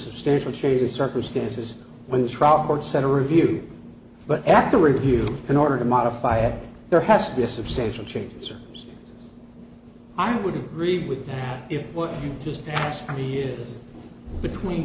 substantial change in circumstances when the trial court set a review but after review in order to modify it there has to be a substantial changes or else i would agree with that if what he just asked me is between